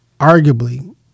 arguably